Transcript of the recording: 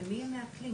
למי הם מעקלים?